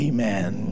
Amen